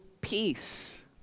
peace